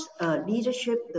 leadership